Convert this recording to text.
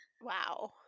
Wow